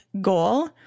goal